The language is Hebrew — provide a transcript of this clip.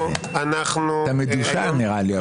אתה נראה לי מדושן.